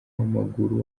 w’amaguru